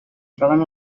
troben